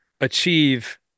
achieve